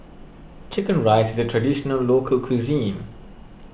Chicken Rice is a Traditional Local Cuisine